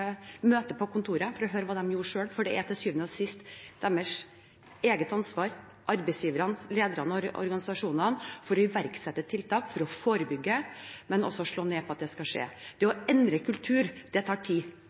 møte på kontoret for å høre hva de gjorde selv. For det er til syvende og sist deres eget ansvar – arbeidsgiverne, lederne i organisasjonene – å iverksette tiltak, å forebygge, men også å slå ned på at det skjer. Det å endre kultur tar tid,